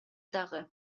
дагы